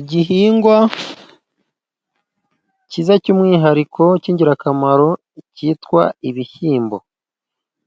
Igihingwa cyiza cy'umwihariko, cy'ingirakamaro cyitwa ibishyimbo,